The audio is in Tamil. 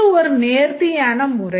இது ஒரு நேர்த்தியான முறை